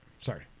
Sorry